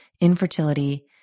infertility